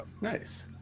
nice